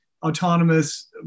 autonomous